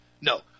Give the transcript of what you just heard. No